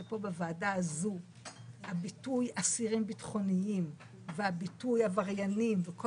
שבוועדה הזאת הביטוי אסירים ביטחוניים והביטוי עבריינים וכל